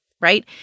right